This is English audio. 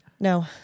No